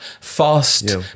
fast